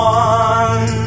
one